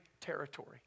territory